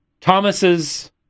Thomas's